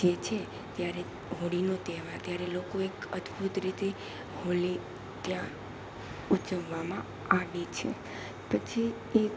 જેછે ત્યારે હોળીનો તહેવાર ત્યારે લોકો એક અદભૂત રીતે હોળી ત્યાં ઉજવવામાં આવે છે પછી એક